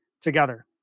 together